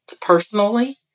personally